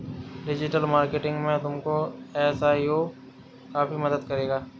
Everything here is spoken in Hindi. डिजिटल मार्केटिंग में तुमको एस.ई.ओ काफी मदद करेगा